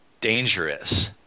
dangerous